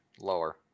Lower